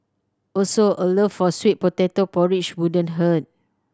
also a love for sweet potato porridge wouldn't hurt